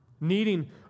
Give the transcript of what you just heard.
needing